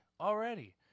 already